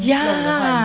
ya